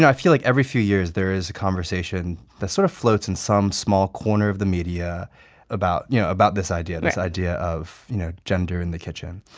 and feel like every few years there is a conversation that sort of floats in some small corner of the media about yeah about this idea this idea of you know gender in the kitchen.